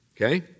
Okay